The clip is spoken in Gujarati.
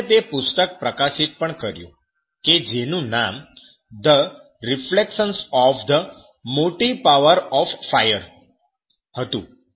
તેમણે તે પુસ્તક પ્રકાશિત પણ કર્યું હતું કે જેનું નામ "the reflections on the motive power of fire " હતું